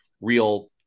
real